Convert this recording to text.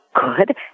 good